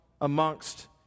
amongst